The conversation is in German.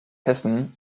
hessen